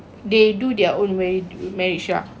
they do their own way marriage lah